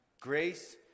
grace